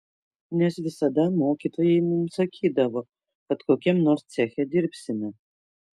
nes visada mokytojai mums sakydavo kad kokiam nors ceche dirbsime